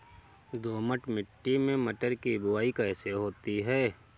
दोमट मिट्टी में मटर की बुवाई कैसे होती है?